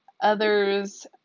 others